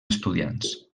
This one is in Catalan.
estudiants